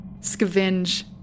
Scavenge